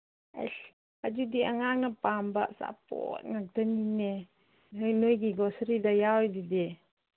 ꯑꯁ ꯑꯗꯨꯗꯤ ꯑꯉꯥꯡꯅ ꯄꯥꯝꯕ ꯑꯆꯥꯄꯣꯠ ꯉꯛꯇꯅꯤꯅꯦ ꯅꯣꯏꯒꯤ ꯒ꯭ꯔꯣꯁꯔꯤꯗ ꯌꯥꯎꯔꯤꯗꯨꯗꯤ